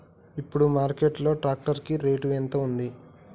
ఇప్పుడు మార్కెట్ లో ట్రాక్టర్ కి రేటు ఎంత ఉంది?